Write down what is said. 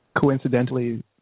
coincidentally